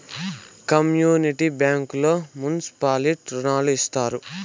community బ్యాంకుల్లో municipality రుణాలు ఇత్తారు